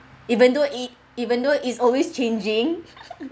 even though e~ even though it's always changing